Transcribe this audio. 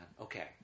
Okay